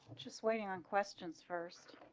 just waiting on questions first,